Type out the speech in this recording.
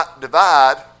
divide